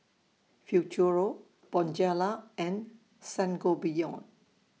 Futuro Bonjela and Sangobion